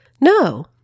No